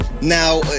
Now